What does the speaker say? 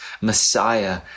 Messiah